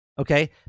okay